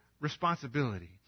responsibility